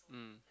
mm